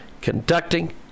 conducting